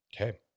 Okay